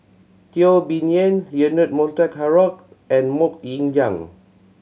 Teo Bee Yen Leonard Montague Harrod and Mok Ying Jang